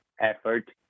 effort